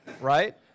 right